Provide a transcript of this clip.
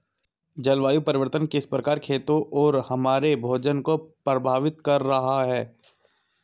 जलवायु परिवर्तन किस प्रकार खेतों और हमारे भोजन को प्रभावित कर रहा है?